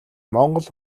монгол